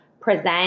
present